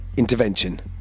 Intervention